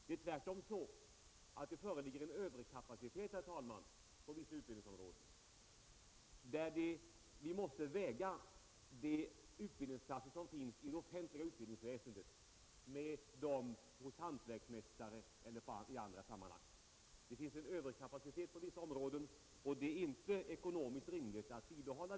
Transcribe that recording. Det är tvärtom så, herr talman, att det föreligger en överkapacitet på vissa utbildningsområden, så att vi måste väga de utbildningsplatser som finns i det offentliga utbildningsväsendet mot dem som finns hos hantverksmästare eller i andra sammanhang. Denna överkapacitet på vissa områden, är det inte ekonomiskt rimligt att bibehålla.